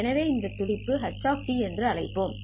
எனவே இந்த துடிப்பு h என்று அழைப்போம்